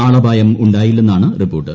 ആളപായം ഉണ്ടായില്ലെന്നാണ് റിപ്പോർട്ട്